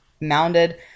mounded